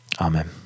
Amen